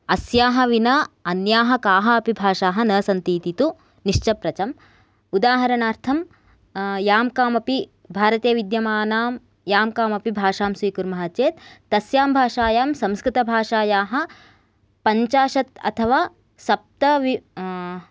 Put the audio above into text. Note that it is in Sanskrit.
अस्याः विना अन्याः काः अपि भाषाः न सन्ति इति तु निश्च प्रचम् उदाहरणार्थं यां कामपि भारते विद्यमानां यां कामपि भाषां स्वीकुर्मः चेत् तस्यां भाषायां संस्कृतभाषायाः पञ्चाशत् अथवा सप्त वि